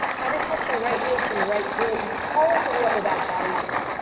try to touch your right heel to your right glute, and hollow through the upper back body here.